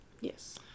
Yes